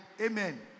Amen